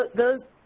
those